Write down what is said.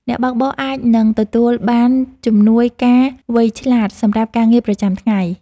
អ្នកបើកបរអាចនឹងទទួលបានជំនួយការវៃឆ្លាត សម្រាប់ការងារប្រចាំថ្ងៃ។